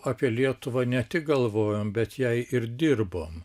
apie lietuvą ne tik galvojom bet jai ir dirbom